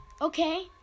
Okay